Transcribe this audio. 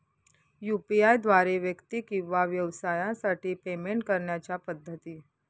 UPI द्वारे व्यक्ती किंवा व्यवसायांसाठी पेमेंट करण्याच्या पद्धती